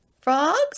Frogs